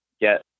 get